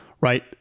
right